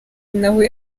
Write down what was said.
nawe